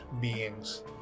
beings